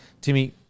Timmy